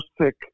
sick